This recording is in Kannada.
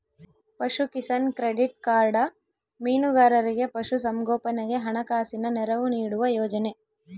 ಪಶುಕಿಸಾನ್ ಕ್ಕ್ರೆಡಿಟ್ ಕಾರ್ಡ ಮೀನುಗಾರರಿಗೆ ಪಶು ಸಂಗೋಪನೆಗೆ ಹಣಕಾಸಿನ ನೆರವು ನೀಡುವ ಯೋಜನೆ